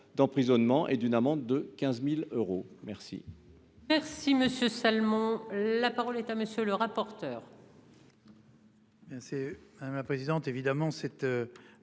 d'emprisonnement et d'une amende de 15.000 euros. Merci.